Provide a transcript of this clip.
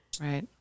Right